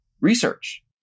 research